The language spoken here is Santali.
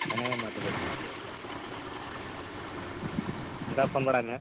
ᱦᱮᱸ ᱢᱟ ᱛᱚᱵᱮ ᱴᱷᱤᱠ ᱜᱮᱭᱟ ᱟᱪᱪᱷᱟ ᱦᱮᱸ ᱚᱱᱠᱟ ᱯᱷᱳᱱ ᱵᱟᱲᱟᱭ ᱢᱮᱦᱟᱸᱜ